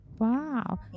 Wow